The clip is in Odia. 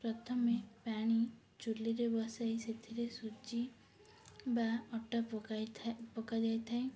ପ୍ରଥମେ ପାଣି ଚୁଲିରେ ବସାଇ ସେଥିରେ ସୁଜି ବା ଅଟା ପକାଇ ଥାଏ ପକାଯାଇ ଥାଏ